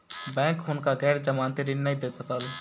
bank हुनका गैर जमानती ऋण नै दय सकल